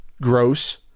gross